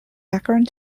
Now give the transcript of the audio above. background